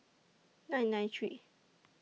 nine nine three